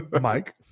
Mike